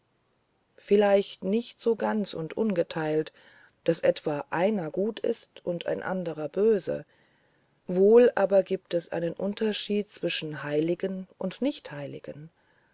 vielleicht nicht so ganz und ungeteilt daß etwa einer gut ist und ein anderer böse wohl aber gibt es einen unterschied zwischen heiligen und nichtheiligen